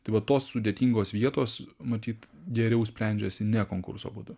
tai va tos sudėtingos vietos matyt geriau sprendžiasi ne konkurso būdu